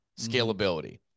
scalability